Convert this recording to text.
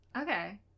Okay